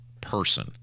person